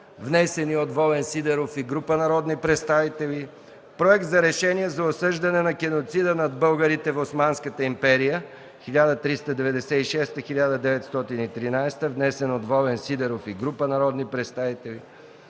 внесени от Волен Сидеров и група народни представители; - Проект за решение за осъждане на геноцида над българите в Османската империя (1396-1913 г.), внесен от Волен Сидеров и група народни представители;